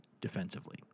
defensively